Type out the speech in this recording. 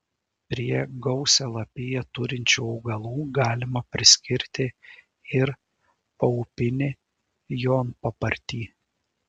prie gausią lapiją turinčių augalų galima priskirti ir paupinį jonpapartį